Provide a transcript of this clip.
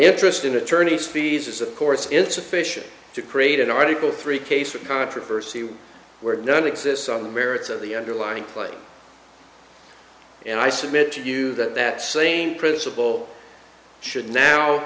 is of course insufficient to create an article three case of controversy where none exists on the merits of the underlying claim and i submit to you that that same principle should now